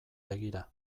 begira